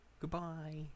Goodbye